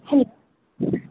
hello